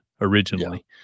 originally